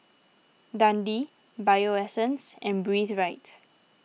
Dundee Bio Essence and Breathe Right